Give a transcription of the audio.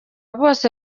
bose